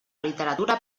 literatura